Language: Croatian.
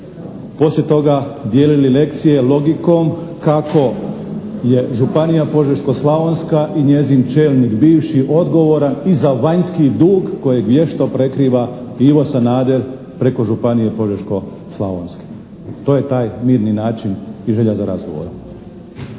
poslije toga dijelili lekcije logikom kako je Županija požeško-slavonska i njezin čelnik bivši odgovoran i za vanjski dug kojeg vješto prekriva Ivo Sanader preko Županije požeško slavonske. To je taj mirni način i želja za razgovorom.